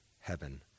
heaven